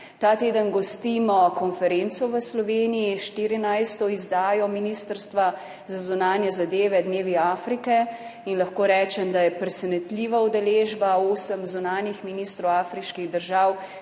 Ta teden gostimo konferenco v Sloveniji, štirinajsto izdajo ministrstva za zunanje zadeve, dnevi Afrike. Lahko rečem, da je presenetljiva udeležba, osem zunanjih ministrov afriških držav,